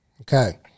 Okay